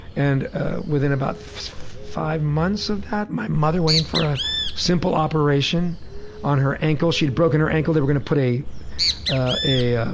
and within about five months of that my mother went in for a simple operation on her ankle. she had broken her ankle, they were gonna put a ah rod ah